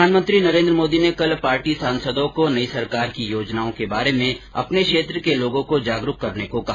प्रधानमंत्री नरेन्द्र मोदी ने कल पार्टी सांसदों को नई सरकार की योजनाओं के बारे में अपने क्षेत्र के लोगों को जागरूक करने को कहा